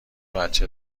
بچه